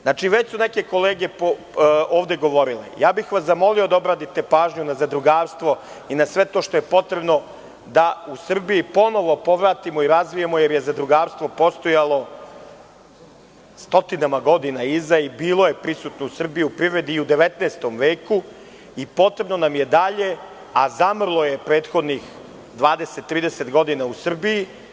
Znači, već su neke kolege ovde govorile, zamolio bih vas da obratite pažnju na zadrugarstvo i na sve to što je potrebno da u Srbiji ponovo povratimo i razvijemo, jer je zadrugarstvo postojalo stotinama godinama iza i bilo je prisutno u Srbiji, u privredi i u 19. veku i potrebno nam je dalje, a zamrlo je prethodnih 20, 30 godina u Srbiji.